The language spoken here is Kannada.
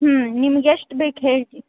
ಹ್ಞೂ ನಿಮ್ಗೆ ಎಷ್ಟು ಬೇಕು ಹೇಳಿರಿ